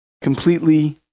completely